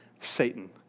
Satan